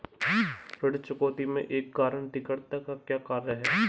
ऋण चुकौती में एक गारंटीकर्ता का क्या कार्य है?